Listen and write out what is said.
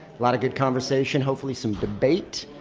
lot of good conversation, hopefully some debate,